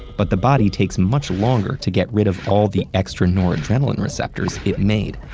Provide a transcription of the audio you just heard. but the body takes much longer to get rid of all the extra noradrenaline receptors it made.